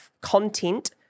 content